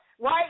right